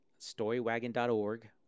storywagon.org